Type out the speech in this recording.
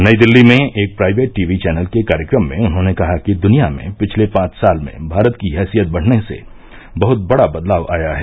नई दिल्ली में एक प्राइवेट टीवी चौनल के कार्यक्रम में उन्होंने कहा कि द्वनिया में पिछले पांच साल में भारत की हैसियत बढ़ने से बहत बड़ा बदलाव आया है